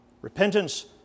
Repentance